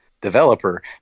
developer